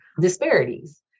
disparities